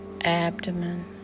abdomen